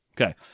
Okay